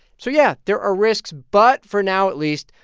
so yeah, there are risks. but for now, at least,